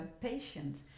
patient